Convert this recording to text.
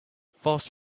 fast